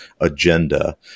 agenda